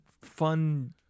fun